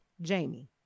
Jamie